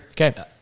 Okay